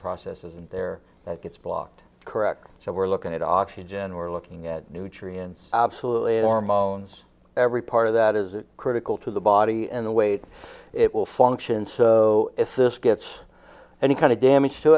process is in there that gets blocked correct so we're looking at oxygen or looking at nutrients absolutely or moans every part of that is critical to the body and the weight it will function so if this gets any kind of damage to